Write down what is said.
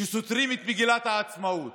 שסותרים את מגילת העצמאות,